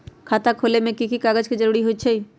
खाता खोले में कि की कागज के जरूरी होई छइ?